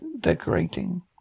decorating